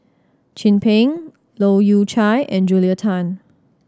Chin Peng Leu Yew Chye and Julia Tan